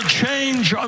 change